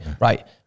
right